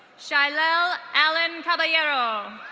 shilell alan caballero.